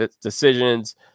decisions